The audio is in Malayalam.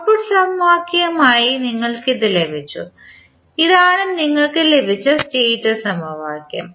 ഔട്ട്പുട്ട് സമവാക്യമായി നിങ്ങൾക്ക് ഇത് ലഭിച്ചു ഇതാണ് നിങ്ങൾക്ക് ലഭിച്ച സ്റ്റേറ്റ് സമവാക്യം